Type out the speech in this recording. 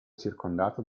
circondato